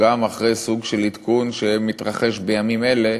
גם אחרי סוג של עדכון שמתרחש בימים אלה,